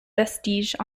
vestiges